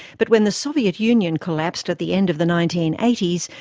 but when the soviet union collapsed at the end of the nineteen eighty s,